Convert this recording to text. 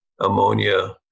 ammonia